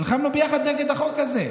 נלחמנו ביחד נגד החוק הזה.